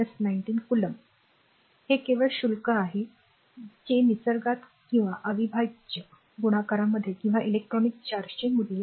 60210 19 हे केवळ शुल्क आहे जे निसर्गात किंवा अविभाज्य गुणाकारांमध्ये किंवा इलेक्ट्रॉनिक चार्जचे मूल्य आहे